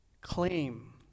claim